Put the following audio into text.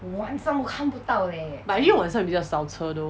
but anyway 晚上比较少车 though